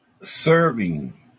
serving